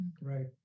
Right